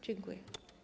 Dziękuję.